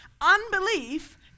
Unbelief